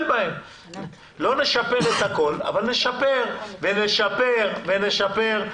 לא נשפר את הכול אבל נשפר ונשפר ונשפר,